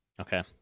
Okay